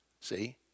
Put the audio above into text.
See